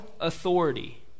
authority